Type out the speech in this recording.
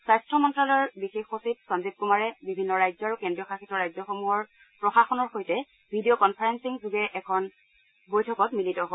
স্বাস্থ্য মন্ত্ৰালয়ৰ বিশেষ সচিব সঞ্জীৱ কুমাৰে বিভিন্ন ৰাজ্য আৰু কেন্দ্ৰীয় শাসিত ৰাজ্যসমূহৰ প্ৰশাসনৰ সৈতে ভিডিঅ' কন্ফাৰেন্সিং যোগে এখন বৈঠকত মিলিত হয়